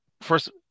first